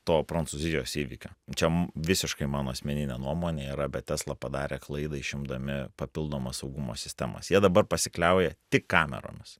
to prancūzijos įvykio čia visiškai mano asmeninė nuomonė yra bet tesla padarė klaidą išimdami papildomas saugumo sistemas jie dabar pasikliauja tik kameromis